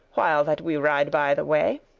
while that we ride by the way,